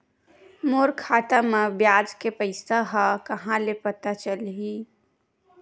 मोर खाता म ब्याज के पईसा ह कहां ले पता चलही?